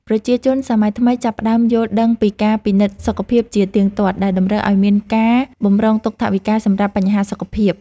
ប្រជាជនសម័យថ្មីចាប់ផ្ដើមយល់ដឹងពីការពិនិត្យសុខភាពជាទៀងទាត់ដែលតម្រូវឱ្យមានការបម្រុងទុកថវិកាសម្រាប់បញ្ហាសុខភាព។